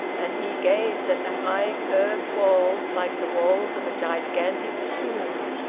and he gazed at the high curved walls, like the walls of a gigantic tomb,